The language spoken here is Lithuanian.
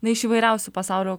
na iš įvairiausių pasaulio